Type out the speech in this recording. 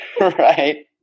Right